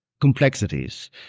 complexities